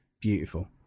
beautiful